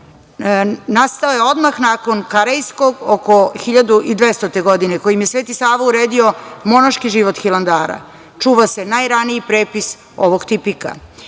Nastao je odmah nakon Karejskog, oko 1200. godine, a kojim je Sveti Sava uredio monaški život Hilandara. Čuva se najraniji prepis ovog tipika. Malo